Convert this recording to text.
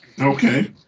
Okay